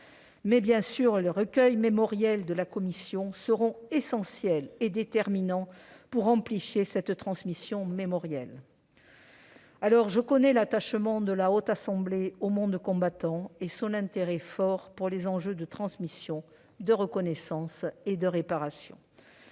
Bien sûr, les recueils mémoriels de la commission seront déterminants pour amplifier la transmission. Je connais l'attachement de la Haute Assemblée au monde combattant et son intérêt fort pour les enjeux de transmission, de reconnaissance et de réparation.